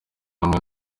hamwe